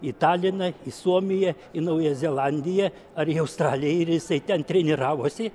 į taliną į suomiją į naująją zelandiją ar į australiją ir jisai ten treniravosi